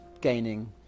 gaining